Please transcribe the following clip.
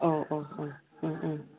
अ अ अ